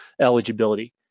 eligibility